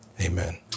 Amen